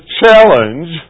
challenge